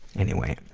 anyway,